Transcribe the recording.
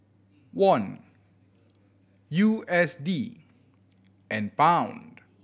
Won U S D and Pound